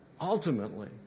ultimately